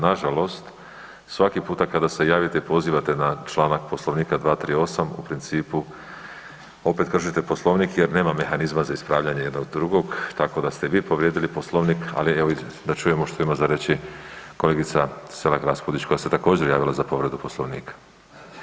Nažalost, svaki puta kada se javite i pozivate na članak Poslovnika 238. u opet kršite Poslovnik jer nama mehanizma za ispravljanje jednog drugog tako da ste i vi povrijedili Poslovnik, ali evo da čujemo što ima za reći kolegica Selak Raspudić koja se također javila za povredu Poslovnika.